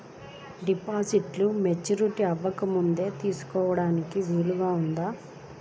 డిపాజిట్ను మెచ్యూరిటీ అవ్వకముందే తీసుకోటానికి వీలుందా?